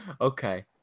Okay